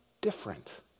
different